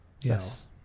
Yes